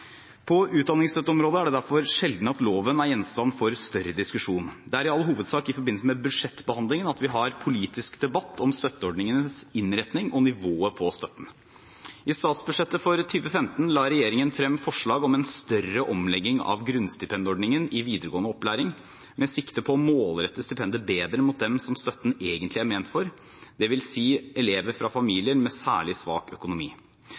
På utdanningsstøtteområdene er det derfor sjelden at loven er gjenstand for større diskusjon. Det er i all hovedsak i forbindelse med budsjettbehandlingen at vi har politisk debatt om støtteordningenes innretning og nivået på støtten. I statsbudsjettet for 2015 la regjeringen frem forslag om en større omlegging av grunnstipendordningen i videregående opplæring, med sikte på å målrette stipendet bedre mot dem som støtten egentlig er ment for, dvs. elever fra familier med særlig svak økonomi.